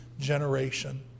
generation